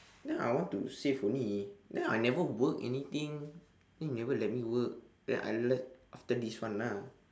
no I want to save only then I never work anything then you never let me work then I left after this one lah